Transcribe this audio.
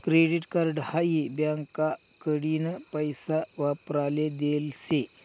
credit card हाई बँकाकडीन पैसा वापराले देल शे